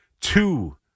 two